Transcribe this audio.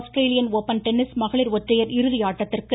Australian Open tennis மகளிர் ஒற்றையர் இறுதி ஆட்டத்திற்கு